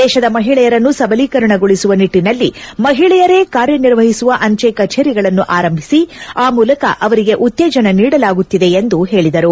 ದೇಶದ ಮಹಿಳೆಯರನ್ನು ಸಬಲೀಕರಣಗೊಳಿಸುವ ನಿಟ್ಟಿನಲ್ಲಿ ಮಹಿಳೆಯರೇ ಕಾರ್ಯನಿರ್ವಹಿಸುವ ಅಂಚೆ ಕಚೇರಿಗಳನ್ನು ಆರಂಭಿಸಿ ಆ ಮೂಲಕ ಅವರಿಗೆ ಉತ್ತೇಜನ ನೀಡಲಾಗುತ್ತಿದೆ ಎಂದು ಅವರು ಹೇಳಿದರು